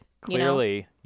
Clearly